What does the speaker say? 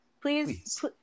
Please